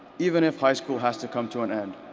even if high school has to come to an end,